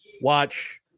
Watch